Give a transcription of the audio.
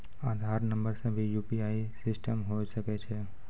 आधार नंबर से भी यु.पी.आई सिस्टम होय सकैय छै?